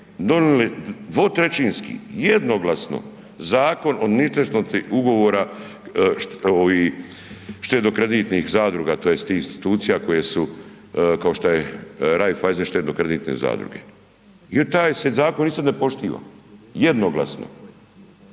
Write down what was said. dvotrećinski jednoglasno Zakon o ništetnosti ugovora štedno kreditnih zadruga tj. institucija koje su kao što je Raiffeisen štedno kreditne zadruge i taj se zakon isto ne poštiva, jednoglasno.